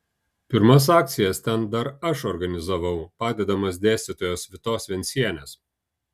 pirmas akcijas ten dar aš organizavau padedamas dėstytojos vitos vencienės